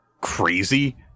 crazy